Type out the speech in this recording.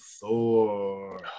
Thor